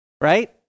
right